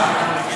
להביע